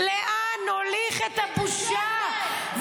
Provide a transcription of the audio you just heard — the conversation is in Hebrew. לאן נוליך את הבושה?